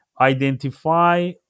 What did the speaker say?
identify